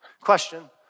Question